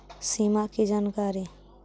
सिमा कि जानकारी?